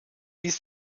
dies